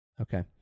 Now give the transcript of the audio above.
Okay